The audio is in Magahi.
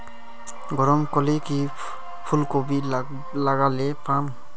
गरम कले की फूलकोबी लगाले पाम?